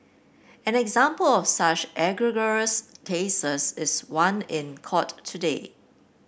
an example of such egregious cases is one in court today